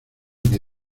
que